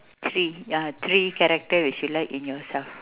three ya three character which you like in yourself